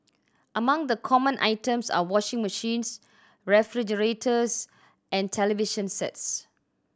among the common items are washing machines refrigerators and television sets